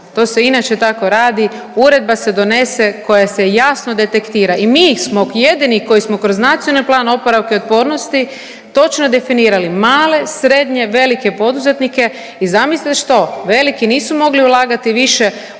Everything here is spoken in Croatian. To je inače tako radi. Uredba se donese koja se jasno detektira. I mi smo jedini koji smo kroz Nacionalni plan oporavka i otpornosti točno definirali male, srednje, velike poduzetnike i zamisli što. Veliki nisu mogli ulagati više